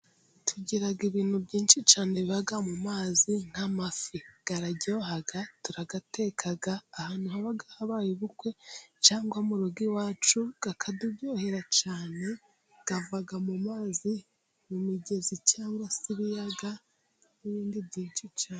Tugira ibintu byinshi cyane， biba mu mazi，nk'amafi araryoha，turateka，ahantu haba habaye ubukwe， cyangwa mu rugo iwacu akaturyohera cyane， ava mu mazi， mu migezi cyangwa se ibiyaga，n'ibindi byinshi cyane.